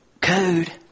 code